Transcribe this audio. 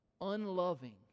unloving